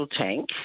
tank